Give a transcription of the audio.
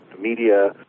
media